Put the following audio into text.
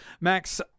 Max